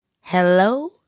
Hello